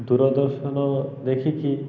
ଦୂରଦର୍ଶନ ଦେଖିକି